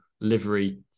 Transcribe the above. livery